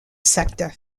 sector